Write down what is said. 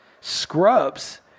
scrubs